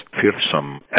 fearsome